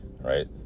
right